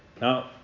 Now